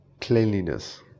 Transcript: Cleanliness